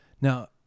Now